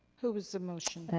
who was the motion?